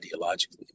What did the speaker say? ideologically